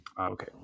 Okay